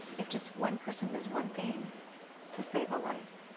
if just one person does one thing to save a life,